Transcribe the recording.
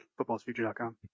footballsfuture.com